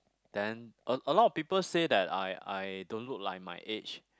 then a a lot of people say that I I don't look like my age